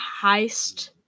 Heist